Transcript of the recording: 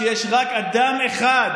שיש רק אדם אחד,